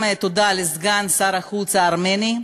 גם תודה לסגן שר החוץ הארמני,